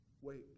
wait